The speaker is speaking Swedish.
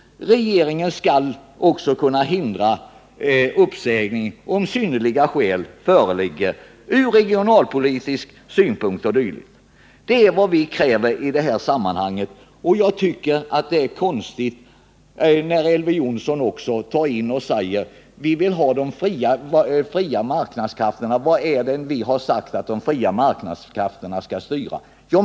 Regeringen skall också kunna hindra uppsägning om synner liga skäl föreligger ur regionalpolitisk synpunkt. Det är vad vi kräver i det här sammanhanget. Jag tycker det är konstigt när Elver Jonsson talar om de fria marknadskrafterna. Vad är det vi har sagt att de fria marknadskrafterna skall styra?